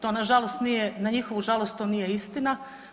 To nažalost nije, na njihovu žalost to nije istina.